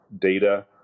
data